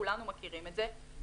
כולנו מכירים את זה.